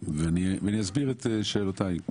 ואני אסביר את זה שאלותיי.